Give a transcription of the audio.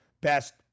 best